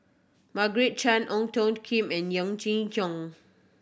Margaret Chan Ong Tiong Khiam and Jong